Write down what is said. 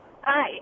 Hi